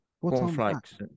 Cornflakes